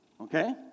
Okay